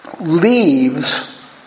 leaves